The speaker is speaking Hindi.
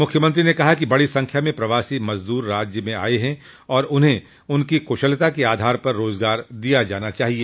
मुख्यमंत्री ने कहा कि बड़ी संख्या में प्रवासी मजदूर राज्य में आए हैं और उन्हें उनकी कुशलता के आधार पर रोजगार दिया जाना चाहिए